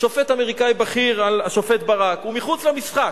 שופט אמריקני בכיר על השופט ברק, הוא מחוץ למשחק: